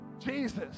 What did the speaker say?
Jesus